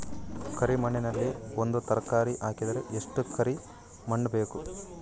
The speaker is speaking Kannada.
ಕರಿ ಮಣ್ಣಿನಲ್ಲಿ ಒಂದ ತರಕಾರಿ ಹಾಕಿದರ ಎಷ್ಟ ಕರಿ ಮಣ್ಣು ಬೇಕು?